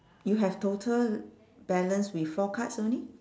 you have total balance with four cards only